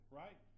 right